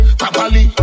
properly